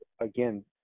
again